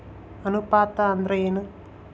ಅನುಪಾತ ಅಂದ್ರ ಏನ್?